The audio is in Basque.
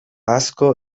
asko